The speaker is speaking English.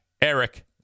Eric